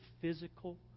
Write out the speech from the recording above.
physical